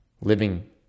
living